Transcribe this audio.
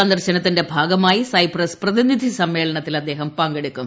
സന്ദർശനത്തിന്റെ ഭാഗമായി സൈപ്രസ് പ്രതിനിധി സമ്മേളനത്തിൽ അദ്ദേഹം പങ്കെടുക്കും